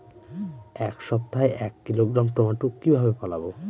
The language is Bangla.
এক সপ্তাহে এক কিলোগ্রাম টমেটো কিভাবে ফলাবো?